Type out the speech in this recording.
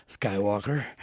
Skywalker